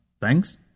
thanks